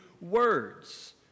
words